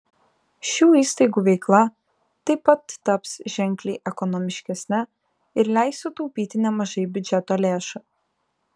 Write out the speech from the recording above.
šių įstaigų veikla taip pat taps ženkliai ekonomiškesne ir leis sutaupyti nemažai biudžeto lėšų